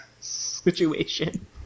situation